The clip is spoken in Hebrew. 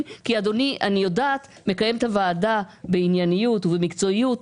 כי אני יודעת שאדוני מקיים את הוועדה בענייניות ובמקצועיות.